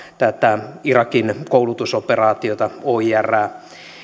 tätä irakin koulutusoperaatiota oirää